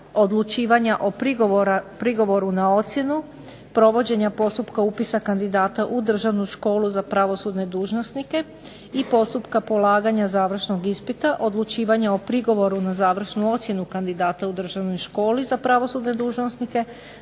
odlučivanja o prigovoru na ocjenu, provođenje postupka upisa kandidata u Državnu školu za pravosudne dužnosnike i postupka polaganja završnog ispita odlučivanje o prigovoru na završnu ocjenu kandidata u Državnoj školi za pravosudne dužnosnike,